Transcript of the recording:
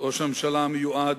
ראש הממשלה המיועד,